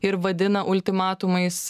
ir vadina ultimatumais